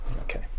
okay